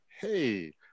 hey